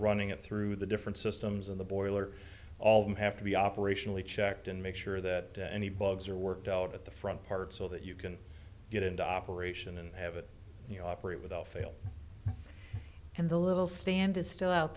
running it through the different systems of the boiler all of them have to be operationally checked and make sure that any bugs are worked out at the front part so that you can get into operation and have it you know operate without fail and the little stand is still out